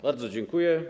Bardzo dziękuję.